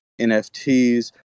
NFTs